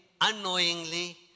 unknowingly